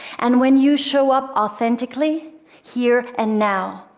and when you show up authentically here and now,